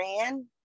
ran